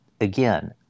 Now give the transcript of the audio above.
again